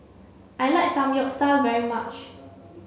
I like Samgyeopsal very much